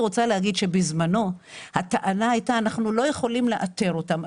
בזמנו הטענה היתה שלא יכולים לאתר אותם.